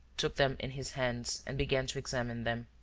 took them in his hands and began to examine them.